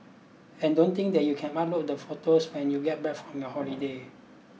and don't think that you can upload the photos when you get back from your holiday